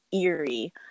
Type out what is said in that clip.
eerie